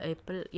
April